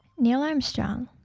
neil armstrong